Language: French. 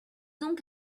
donc